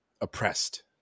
oppressed